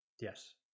Yes